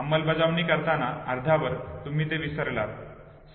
अंमलबजावणी करताना अर्ध्यावर तुम्ही ते विसरलात